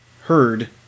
heard